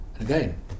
Again